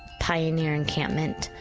pioneer encampment,